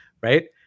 right